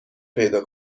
پیدا